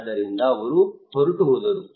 ಆದ್ದರಿಂದ ಅವರು ಹೊರಟು ಹೋದರು